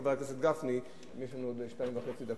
חבר הכנסת גפני, יש לנו שתי דקות וחצי.